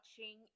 watching